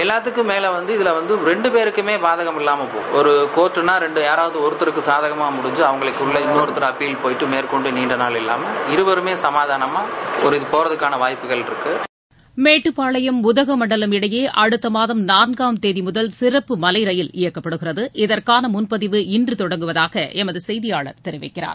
எல்லாத்துக்கும் மேல இதல இரண்டு பேருக்கும் பாதகம் இல்லாம போயிடும் ஒரு கோர்ட்டுன்னா யாராவது ஒருத்தருக்கு வழக்கு சாதாகமாக முடிஞ்சி இன்னொருக்கர் ஆப்பில் போயிட்டு மேற்கொள்டு நீன்ட நாள் இல்லாம இருவருமே சமாதானமாக போவதற்கான வாய்ப்புகள் இருக்கு மேட்டுப்பாளையம் உதகமண்டலம் இடையே அடுத்த மாதம் நான்காம் தேதி முதல் சிறப்பு ரயில் இயக்கப்படுகிறது இதற்கான முன்பதிவு இன்று தொடங்குவதாக எமது செய்தியாளர் தெரிவிக்கிறார்